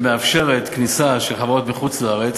שמאפשרת כניסה של חברות מחוץ-לארץ.